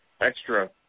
extra